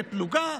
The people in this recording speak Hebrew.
תהיה פלוגה,